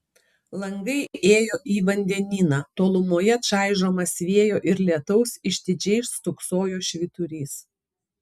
langai ėjo į vandenyną tolumoje čaižomas vėjo ir lietaus išdidžiai stūksojo švyturys